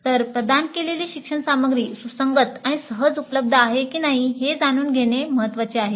तर प्रदान केलेली शिक्षण सामग्री सुसंगत आणि सहज उपलब्ध आहे की नाही हे जाणून घेणे महत्वाचे आहे